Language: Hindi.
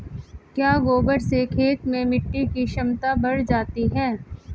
क्या गोबर से खेत में मिटी की क्षमता बढ़ जाती है?